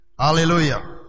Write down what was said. Hallelujah